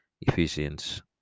ephesians